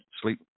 sleep